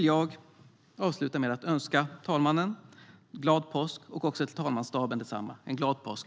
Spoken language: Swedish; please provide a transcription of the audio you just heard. Jag avslutar med att önska herr talmannen och talmansstaben en glad påsk.